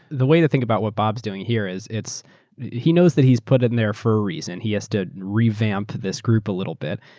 the way to think about what bobaeurs doing here is he knows that heaeurs put in there for a reason. he has to revamp this group a little bit.